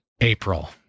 April